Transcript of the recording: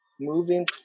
moving